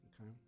Okay